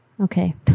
Okay